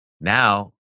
Now